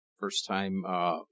First-time